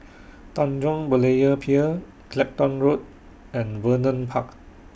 Tanjong Berlayer Pier Clacton Road and Vernon Park